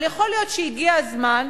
אבל יכול להיות שהגיע הזמן,